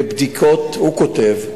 מבדיקות, הוא כותב,